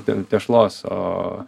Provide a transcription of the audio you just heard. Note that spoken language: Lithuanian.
ten tešlos o